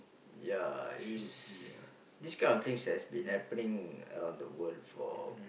ya is this kind of thing has been happening around the world for